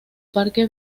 parque